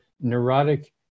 neurotic